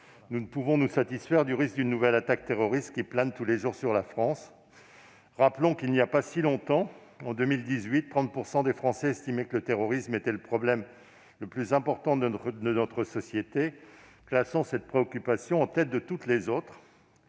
Nous ne pouvons pas nous satisfaire du risque d'une nouvelle attaque terroriste qui plane tous les jours sur la France. Rappelons qu'il n'y a pas si longtemps, en 2018, 30 % des Français estimaient que le terrorisme était le problème le plus important de notre société, classant cette préoccupation en tête de toutes les autres.